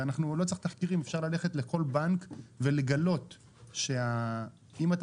לא צריך תחקירים אפשר ללכת לכל בנק ולגלות שאם אתה